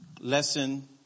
lesson